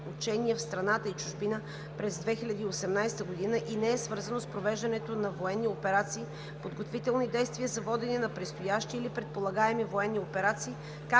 учения в страната и чужбина през 2018 г. и не е свързано с провеждането на военни операции, подготвителни действия за водене на предстоящи или предполагаеми военни операции,